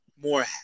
more